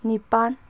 ꯅꯤꯄꯥꯜ